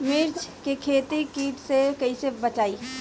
मिर्च के खेती कीट से कइसे बचाई?